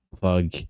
plug